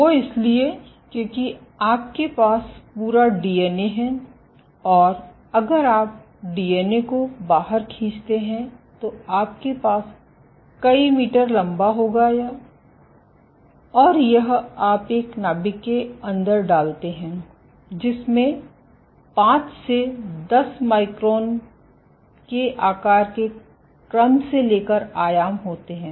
वो इसलिए है क्योंकि आपके पास पूरा डीएनए है और अगर आप डीएनए को बाहर खींचते हैं तो आपके पास कई मीटर लंबा होगा और यह आप एक नाभिक के अंदर डालते हैं जिसमें 5 से 10 माइक्रोन के आकार के क्रम से लेकर आयाम होते हैं